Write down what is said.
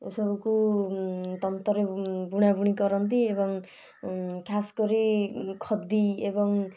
ଏସବୁକୁ ତନ୍ତରେ ବୁଣାବୁଣି କରନ୍ତି ଏବଂ ଖାସ୍ କରି ଖଦି ଏବଂ